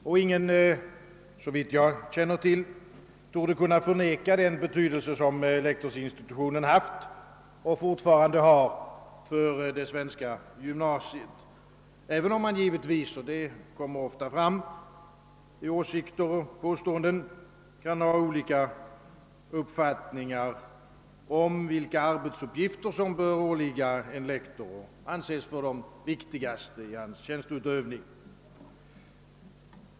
Ingen vill, såvitt jag känner till, bestrida den betydelse som lektorsinstitutionen haft och fortfarande har för det svenska gymnasiet, även om man givetvis kan — något som ofta kommer till uttryck — ha olika uppfattningar om vilka arbetsuppgifter som bör åligga en lektor och anses vara de viktigaste i hans tjänsteutövning.